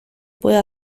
puede